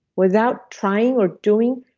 without trying or doing,